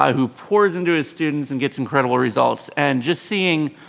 who pours into his students and gets incredible results. and just seeing